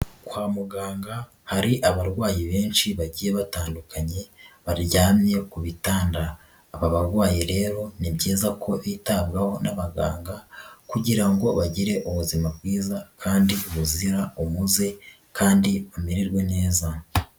Kwa muganga hari abarwayi benshi bagiye batandukanye baryamye ku bitanda, aba barwayi rero ni byiza ko bitabwaho n'abaganga kugira ngo bagire ubuzima bwiza kandi buzira umuze kandi bamererwe neza.